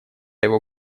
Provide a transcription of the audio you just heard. его